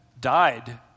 died